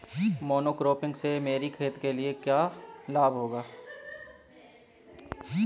Monocropping से मेरी खेत को क्या लाभ होगा?